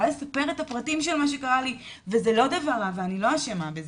לספר את הפרטים של מה שקרה לי וזה לא דבר רע ואני לא אשמה בזה.